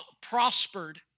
prospered